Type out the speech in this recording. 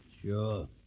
Sure